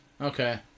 Okay